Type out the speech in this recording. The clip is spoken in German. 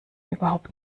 überhaupt